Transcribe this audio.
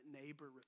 neighbor